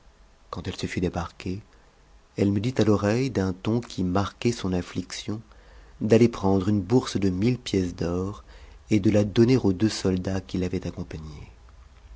quand elle se fut débarquée elle me dit à l'oreille d'un ton qui marquait son affliction d'aller prendre une bourse de mille pièces d'or et de la donner aux deux soldats qui l'avaient accompagnée